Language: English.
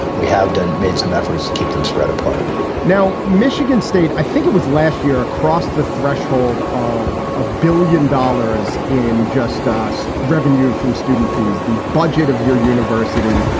we have done made some efforts to keep them spread apart now, michigan state, i think it was last year, crossed the threshold of a billion dollars in just lost revenue from student fees the budget of your university,